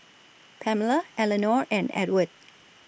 Pamella Elenore and Edward